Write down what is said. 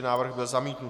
Návrh byl zamítnut.